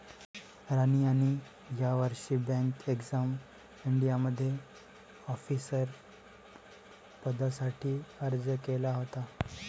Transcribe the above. रानू यांनी यावर्षी bank exam इंडियामध्ये ऑफिसर पदासाठी अर्ज केला होता